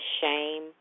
shame